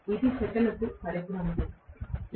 ఇది సెకనుకు పరిభ్రమణం